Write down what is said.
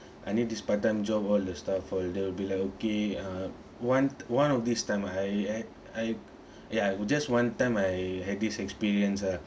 I need this part time job all the stuff for they'll be okay uh one one of this time I had I ya it was just one time I had this experience ah